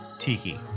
tiki